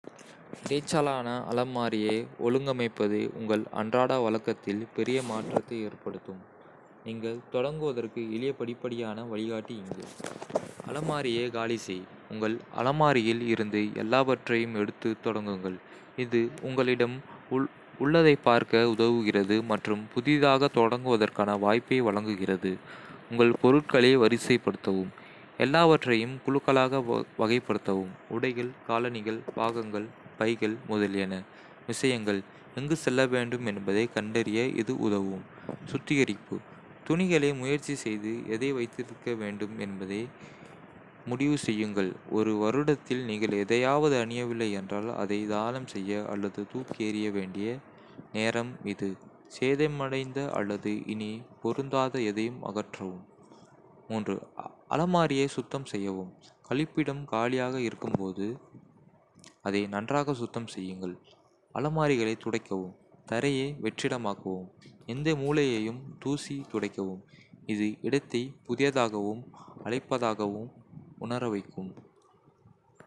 இரைச்சலான அலமாரியை ஒழுங்கமைப்பது உங்கள் அன்றாட வழக்கத்தில் பெரிய மாற்றத்தை ஏற்படுத்தும்! நீங்கள் தொடங்குவதற்கு எளிய படிப்படியான வழிகாட்டி இங்கே. அலமாரியை காலி செய். உங்கள் அலமாரியில் இருந்து எல்லாவற்றையும் எடுத்துத் தொடங்குங்கள். இது உங்களிடம் உள்ளதைப் பார்க்க உதவுகிறது மற்றும் புதிதாக தொடங்குவதற்கான வாய்ப்பை வழங்குகிறது. உங்கள் பொருட்களை வரிசைப்படுத்தவும். எல்லாவற்றையும் குழுக்களாக வகைப்படுத்தவும்: உடைகள், காலணிகள், பாகங்கள், பைகள், முதலியன. விஷயங்கள் எங்கு செல்ல வேண்டும் என்பதைக் கண்டறிய இது உதவும். சுத்திகரிப்பு துணிகளை முயற்சி செய்து, எதை வைத்திருக்க வேண்டும் என்பதை முடிவு செய்யுங்கள். ஒரு வருடத்தில் நீங்கள் எதையாவது அணியவில்லை என்றால், அதை தானம் செய்ய அல்லது தூக்கி எறிய வேண்டிய நேரம் இது. சேதமடைந்த அல்லது இனி பொருந்தாத எதையும் அகற்றவும். அலமாரியை சுத்தம் செய்யவும். கழிப்பிடம் காலியாக இருக்கும்போது, அதை நன்றாக சுத்தம் செய்யுங்கள். அலமாரிகளைத் துடைக்கவும், தரையை வெற்றிடமாக்கவும், எந்த மூலையையும் தூசி துடைக்கவும். இது இடத்தை புதியதாகவும் அழைப்பதாகவும் உணர வைக்கும்.